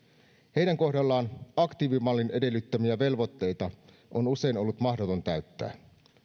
heidän kohdallaan aktiivimallin edellyttämiä velvoitteita on usein ollut mahdoton täyttää